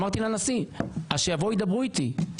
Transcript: אמרתי לנשיא: אז שיבואו וידברו איתי,